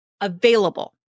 available